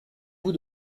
vous